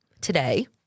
today